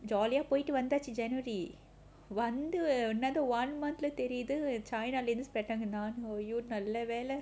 jolly ah போய்ட்டு வந்தாச்சி:poyittu vandaachi january வந்து:vanthu err another one month lah தெரியுது:theriyuthu china lah இருந்து:irunthu spread ஆங்கு நானு:angu naanu !aiyo! நல்ல வேல:nalla vela